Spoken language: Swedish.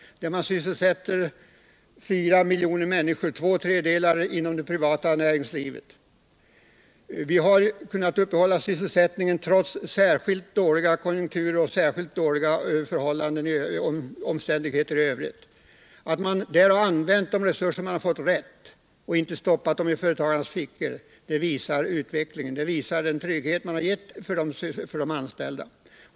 Inom detta sysselsätts 4 miljoner människor, av vilka två tredjedelar finns inom det privata näringslivet. Vi har kunnat upprätthålla sysselsättningen trots särskilt dåliga konjunkturer. Att man rätt använt de resurser man förfogat över och ”inte stoppat dem i företagarnas fickor” visar utvecklingen när det gäller den trygghet man givit de anställda.